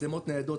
מצלמות ניידות,